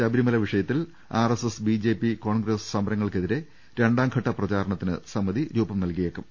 ശബരിമല വിഷയത്തിൽ RSS BJP Congress സമരങ്ങൾക്കെതിരെ രണ്ടാംഘട്ട പ്രചാരണത്തിന് സമിതി രൂപം നൽകിയേക്കും